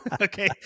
Okay